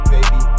Baby